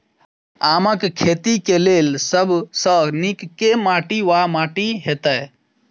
आमक खेती केँ लेल सब सऽ नीक केँ माटि वा माटि हेतै?